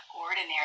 ordinary